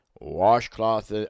washcloth